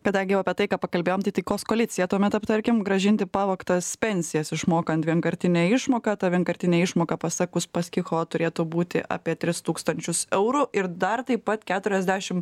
kadangi jau apie taiką pakalbėjom tai taikos koaliciją tuomet aptarkim grąžinti pavogtas pensijas išmokant vienkartinę išmoką ta vienkartinė išmoka pasak uspaskicho turėtų būti apie tris tūkstančius eurų ir dar taip pat keturiasdešim